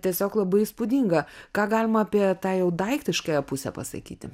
tiesiog labai įspūdinga ką galima apie tą jau daiktiškąją pusę pasakyti